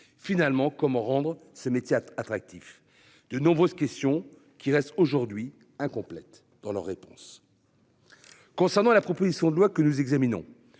finalement comment rendre ce métier attractif. De nombreuses questions qui restent aujourd'hui incomplète dans leur réponse. Concernant la proposition de loi que nous examinons